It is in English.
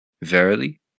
Verily